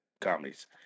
comedies